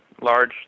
large